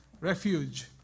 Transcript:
refuge